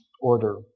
order